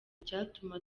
icyatuma